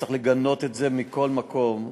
וצריך לגנות את זה מכול וכול.